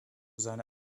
seine